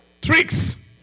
Tricks